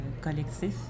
collectif